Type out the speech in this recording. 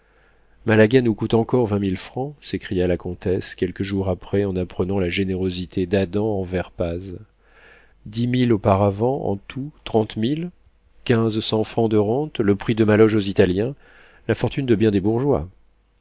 malaga nous coûte encore vingt mille francs s'écria la comtesse quelques jours après en apprenant la générosité d'adam envers paz dix mille auparavant en tout trente mille quinze cents francs de rente le prix de ma loge aux italiens la fortune de bien des bourgeois